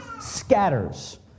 scatters